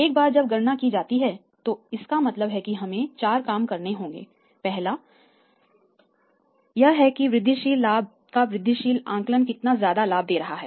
एक बार जब गणना की जाती है तो इसका मतलब है कि हमें 4 काम करने होंगे पहला यह है कि वृद्धिशील लाभ का वृद्धिशील आकलन कितना ज्यादा लाभ दे रहा है